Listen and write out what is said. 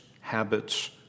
habits